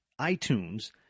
itunes